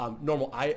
normal